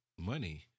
money